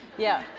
yeah.